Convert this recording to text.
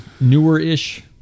newer-ish